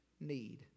need